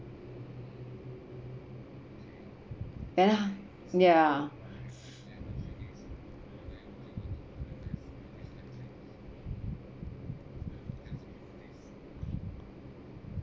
yeah yeah